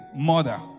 mother